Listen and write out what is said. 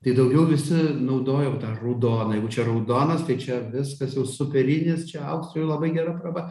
tai daugiau visi naudojom tą raudoną jeigu čia raudonas tai čia viskas jau superinis čia auksui labai gera praba